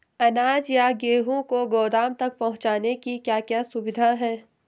अनाज या गेहूँ को गोदाम तक पहुंचाने की क्या क्या सुविधा है?